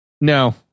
No